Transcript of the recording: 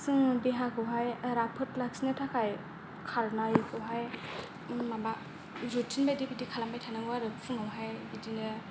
जोङो देहाखौहाय राफोद लाखिनो थाखाय खारनायखौहाय माबा जगिं बायदि बिदि खालामबाय थानांगौ आरो फुंआवनो बिदिनो